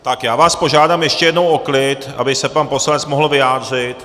Tak já vás požádám ještě jednou o klid, aby se pan poslanec mohl vyjádřit.